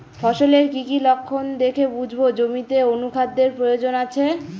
ফসলের কি কি লক্ষণ দেখে বুঝব জমিতে অনুখাদ্যের প্রয়োজন আছে?